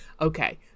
Okay